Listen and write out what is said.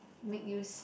made you